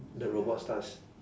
the robot starts